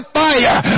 fire